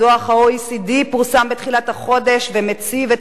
דוח ה-OECD פורסם בתחילת החודש ומציב את